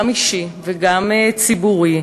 גם אישי וגם ציבורי,